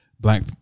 black